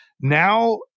Now